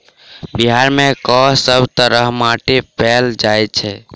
बिहार मे कऽ सब तरहक माटि पैल जाय छै?